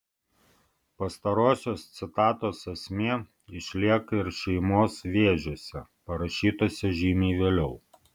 pastarosios citatos esmė išlieka ir šeimos vėžiuose parašytuose žymiai vėliau